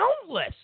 countless